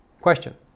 question